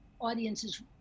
audiences